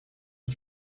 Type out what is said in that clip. een